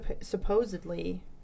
Supposedly